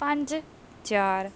ਪੰਜ ਚਾਰ